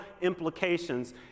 implications